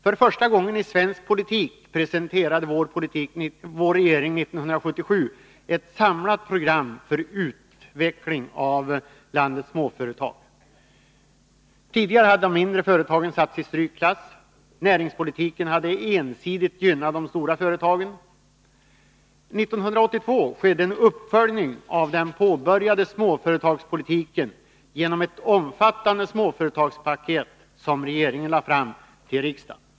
För första gången i svensk politik presenterade vår regering 1977 ett samlat program för utveckling av landets småföretag. Tidigare hade de mindre företagen satts i strykklass. Näringspolitiken hade ensidigt gynnat de stora företagen. 1982 skedde en uppföljning av den påbörjade småföretagspolitiken genom ett omfattande småföretagspaket, som regeringen lade fram för riksdagen.